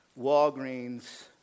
Walgreens